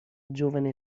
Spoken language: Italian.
giovane